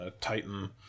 Titan